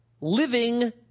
living